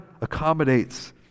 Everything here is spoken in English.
accommodates